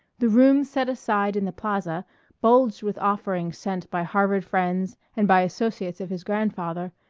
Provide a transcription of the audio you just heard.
the room set aside in the plaza bulged with offerings sent by harvard friends and by associates of his grandfather,